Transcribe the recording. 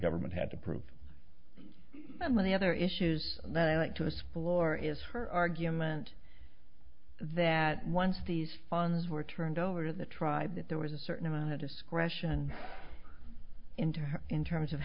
government had to prove among the other issues that i'd like to explore is her argument that once these funds were turned over to the tribe that there was a certain amount of discretion in her in terms of